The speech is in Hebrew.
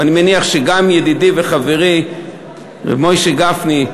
ואני מניח שגם ידידי וחברי ר' מוישה גפני,